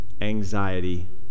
anxiety